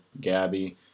Gabby